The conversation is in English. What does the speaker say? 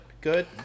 Good